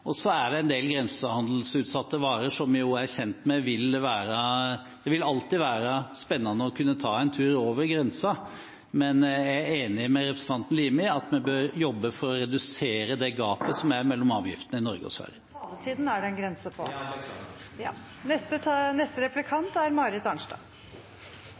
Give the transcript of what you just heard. Så er det, som vi er kjent med, en del grensehandelsutsatte varer – og det vil alltid være spennende å ta seg en tur over grensen. Men jeg er enig med representanten Limi i at vi bør jobbe for å redusere det gapet som er mellom avgiftene i Norge og Sverige. Taletiden er det en grense på. Ja,